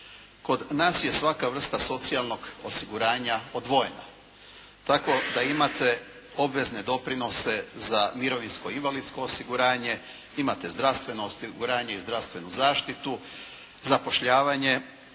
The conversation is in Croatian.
Kod nas je svaka vrsta socijalnog osiguranja odvojena tako da imate obvezne doprinose za mirovinsko-invalidsko osiguranje, imate zdravstveno osiguranje i zdravstvenu zaštitu, zapošljavanje.